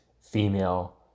female